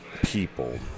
people